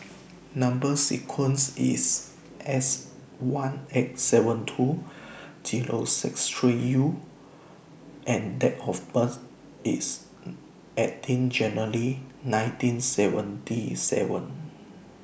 Number sequence IS S one eight seven two Zero six three U and Date of birth IS eighteen January nineteen seventy seven